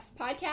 Podcast